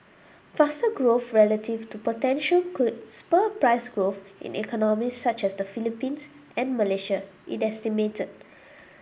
faster growth relative to potential could spur price growth in economies such as the Philippines and Malaysia it estimated